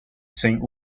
saint